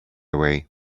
away